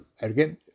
again